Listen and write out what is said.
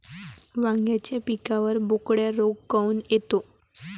वांग्याच्या पिकावर बोकड्या रोग काऊन येतो?